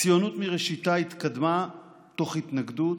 הציונות מראשיתה התקדמה תוך התנגדות,